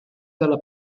dalla